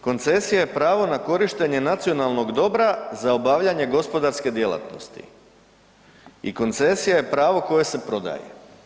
Koncesija je pravo na korištenje nacionalnog dobra za obavljanje gospodarske djelatnosti i koncesija je pravo koje se prodaje.